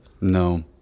No